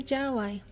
Jawai